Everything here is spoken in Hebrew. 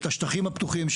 את השטחים הפתוחים,